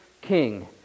king